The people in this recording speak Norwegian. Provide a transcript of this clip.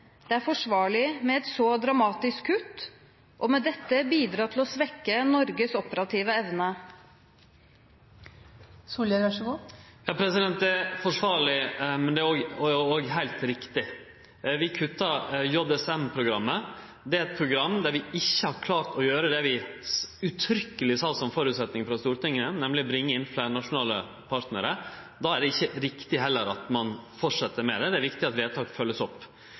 det er forsvarlig med et så dramatisk kutt, og med dette bidra til å svekke Norges operative evne? Det er forsvarleg, men det er òg heilt riktig. Vi kuttar JSM-programmet. Det er eit program der vi ikkje har klart å gjere det vi uttrykkjeleg sa som føresetnad frå Stortinget, nemleg å bringe inn fleire nasjonale partnarar. Då er det heller ikkje riktig å fortsetje med det, og det er viktig at vedtak vert følgde opp.